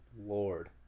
Lord